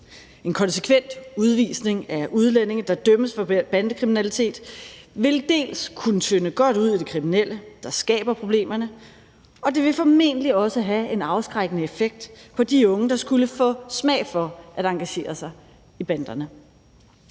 En konsekvent udvisning af udlændinge, der dømmes for bandekriminalitet, vil kunne tynde godt ud i de kriminelle, der skaber problemerne, og det vil formentlig også have en afskrækkende effekt på de unge, der måtte få smag for at engagere sig i banderne.